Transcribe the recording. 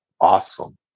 awesome